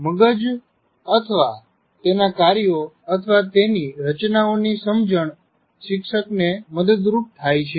મગજ અથવા તેના કાર્યો અથવા તેની રચનાઓની સમજણ શિક્ષકને મદદરૂપ થાય છે